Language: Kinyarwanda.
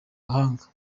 gahanga